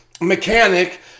mechanic